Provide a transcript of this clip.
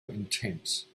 intense